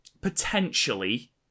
potentially